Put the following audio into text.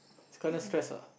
it's kinda stress ah